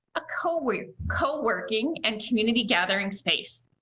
ah co-working co-working and community gathering space.